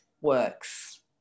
works